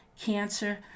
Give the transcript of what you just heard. cancer